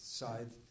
side